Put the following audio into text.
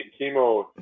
chemo